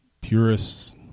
purists